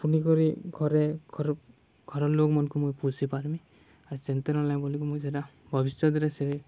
ବୁନିିକରି ଘରେ ଘର ଘରର୍ ଲୋକ୍ମାନ୍କୁ ମୁଇଁ ପୁଷି ପାର୍ମି ଆର୍ ସେଥିର୍ଲାଗି ବଲିକରି ମୁଇଁ ସେଟା ଭବିଷ୍ୟତ୍ରେ ସେ